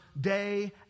day